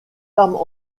armes